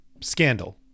scandal